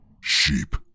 Sheep